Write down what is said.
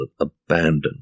abandoned